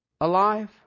alive